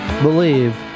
believe